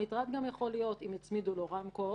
המטרד גם יכול להיות אם הצמידו לו רמקול,